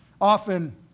Often